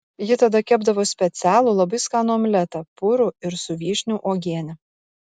ji tada kepdavo specialų labai skanų omletą purų ir su vyšnių uogiene